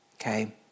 Okay